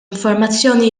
informazzjoni